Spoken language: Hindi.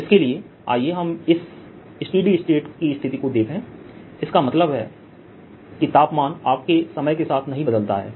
इसके लिए आइए हम इस स्स्टेडी स्टेट की स्थिति को देखें इसका मतलब है कि तापमान आपके समय के साथ नहीं बदलता है